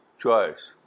choice